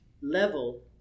level